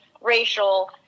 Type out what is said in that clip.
racial